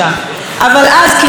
כמו רפלקס מותנה,